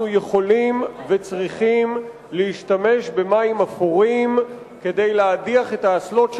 אנחנו יכולים וצריכים להשתמש במים אפורים כדי להדיח את האסלות שלנו.